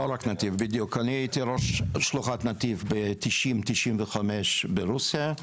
הייתי ראש שלוחת "נתיב" ב-90', 95' ברוסיה.